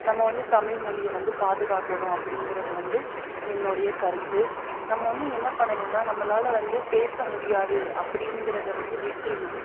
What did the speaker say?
நம்ம வந்து தமிழ் மொழியை வந்து பாதுகாக்கணும் அப்படிங்கிறது வந்து என்னோடைய கருத்து நம்ம வந்து என்ன பண்ணணுன்னா நம்மளால் வந்து பேச முடியாது அப்படிங்கிறத வந்து விட்டுருணும்